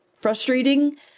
frustrating